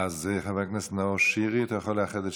חבר הכנסת נאור שירי, אתה יכול לאחד.